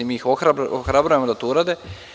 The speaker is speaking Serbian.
Mi ih ohrabrujemo da to urade.